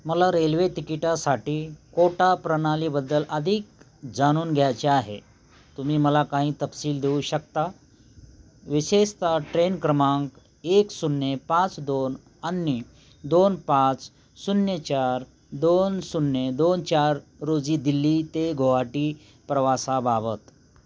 मला रेल्वे तिकिटासाठी कोटा प्रणालीबद्दल अधिक जाणून घ्यायचे आहे तुम्ही मला काही तपशील देऊ शकता विशेषतः ट्रेन क्रमांक एक शून्य पाच दोन आणि दोन पाच शून्य चार दोन शून्य दोन चार रोजी दिल्ली ते गुवाहाटी प्रवासाबाबत